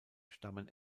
stammen